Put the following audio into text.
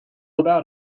about